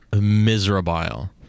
miserable